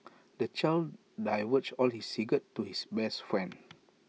the child divulged all his secrets to his best friend